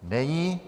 Není.